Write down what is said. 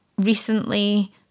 Recently